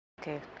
Okay